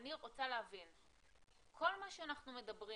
אני רוצה להבין: כל מה שאנחנו מדברים